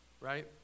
right